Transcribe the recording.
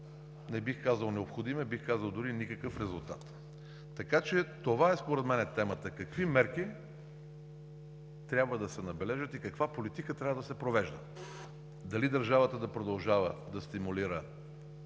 не бих казал необходим, а бих казал дори никакъв резултат. Така че това е според мен темата – какви мерки трябва да се набележат и каква политика трябва да се провежда? (Председателят дава сигнал,